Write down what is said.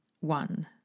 one